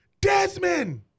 Desmond